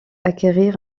acquérir